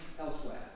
elsewhere